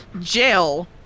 jail